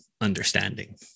understanding